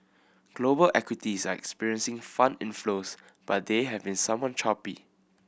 global equities are experiencing fund inflows but they have been somewhat choppy